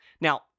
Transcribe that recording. Now